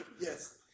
Yes